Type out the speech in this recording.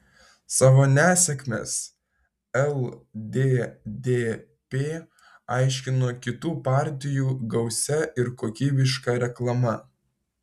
savo nesėkmes lddp aiškino kitų partijų gausia ir kokybiška reklama